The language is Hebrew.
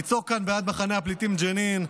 לצעוק כאן בעד מחנה הפליטים ג'נין,